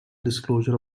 disclosure